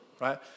right